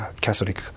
Catholic